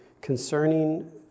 concerning